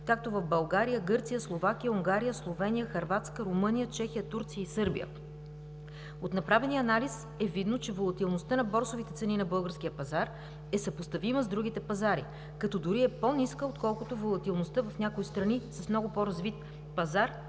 както в България, така и в Гърция, Словакия, Унгария, Словения, Хърватска, Румъния, Чехия, Турция и Сърбия. От направения анализ е видно, че волатилността на борсовите цени на българския пазар е съпоставима с другите пазари, като дори е по-ниска, отколкото волатилността в някои страни с много по-развит пазар